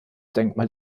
denkmal